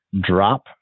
drop